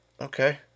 Okay